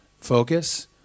focus